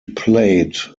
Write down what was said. played